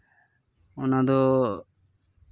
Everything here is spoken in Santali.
ᱚᱱᱟ ᱫᱚ